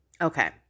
Okay